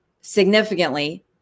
significantly